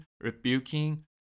rebuking